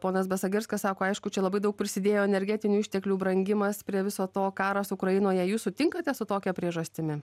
ponas besagirskas sako aišku čia labai daug prisidėjo energetinių išteklių brangimas prie viso to karas ukrainoje jūs sutinkate su tokia priežastimi